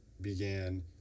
began